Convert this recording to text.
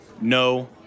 No